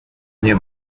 nie